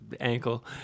ankle